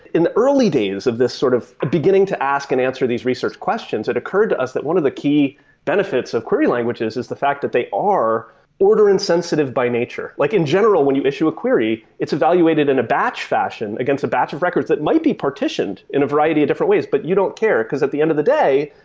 in the early days of this sort of beginning to ask and answer these research questions, it occurred to us that one of the key benefits of query languages is the fact that they are order insensitive by nature. like in general, when you issue a query, it's evaluated in a batch fashion against a batch of records that might be partitioned in a variety of different ways, but you don't care, because at the and of the day,